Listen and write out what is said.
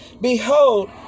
Behold